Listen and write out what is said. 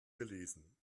gelesen